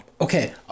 okay